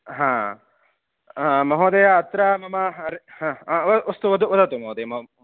हा महोदय अत्र मम हर् हा वस्तु वद वदतु महोदय माम्